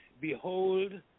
behold